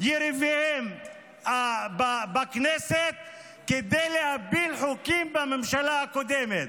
יריביהם בכנסת כדי להפיל חוקים בממשלה הקודמת,